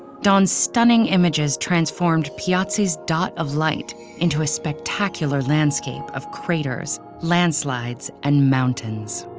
dawn's stunning images transformed piazzi's dot of light into a spectacular landscape of craters, landslides, and mountains.